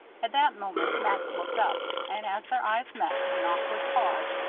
at that moment max looked up, and as their eyes met, with an awkward pause,